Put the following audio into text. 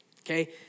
okay